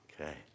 Okay